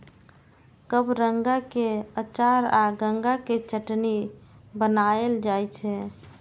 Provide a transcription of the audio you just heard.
कबरंगा के अचार आ गंगा के चटनी बनाएल जाइ छै